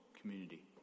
community